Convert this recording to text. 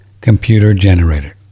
computer-generated